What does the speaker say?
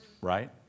Right